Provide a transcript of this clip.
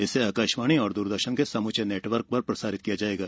इसे आकाशवाणी और दूरदर्शन के समुचे नेटवर्क पर प्रसारित किया जायेगा